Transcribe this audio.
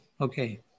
okay